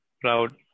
proud